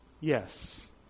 Yes